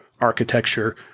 architecture